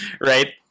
right